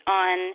on